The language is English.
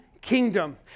kingdom